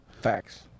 facts